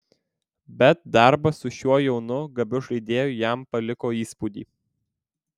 bet darbas su šiuo jaunu gabiu žaidėju jam paliko įspūdį